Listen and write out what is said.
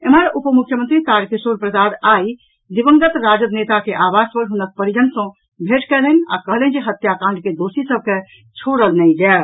एम्हर उपमुख्यमंत्री तारकिशोर प्रसाद आई दिवंगत राजद नेता के आवास पर हुनक परिजन सँ भेट कयलनि आ कहलनि जे हत्याकांड के दोषी सभ के छोड़ल नहि जायत